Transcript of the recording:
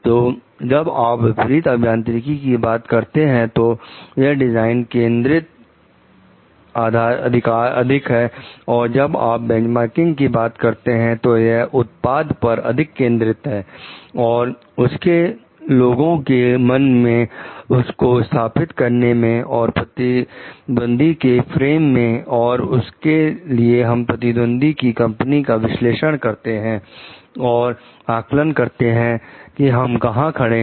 तो जब आप विपरीत अभियांत्रिकी की बात करते हैं तो यह डिजाइन केंद्रित अधिक है और जब आप बेंचमार्किंग की बात करते हैं तो यह उत्पाद पर अधिक केंद्रित है और उसके लोगों के मन में उसको स्थापित करने में और प्रतिद्वंदी के फ्रेम में और उसके लिए हम प्रतिद्वंदी की कंपनी का विश्लेषण करते हैं और आकलन करते हैं कि हम कहां खड़े हैं